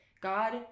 God